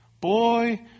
boy